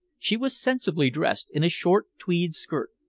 she was sensibly dressed in a short tweed skirt,